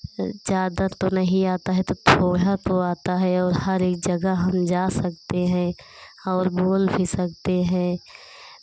ज़्यादा तो नहीं आता है तो थोड़ा तो आता है और हर एक जगह हम जा सकते हैं और बोल भी सकते हैं